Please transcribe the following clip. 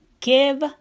Give